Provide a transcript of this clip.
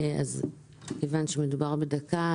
כיוון שמדובר בדקה,